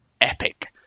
epic